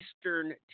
Eastern